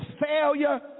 failure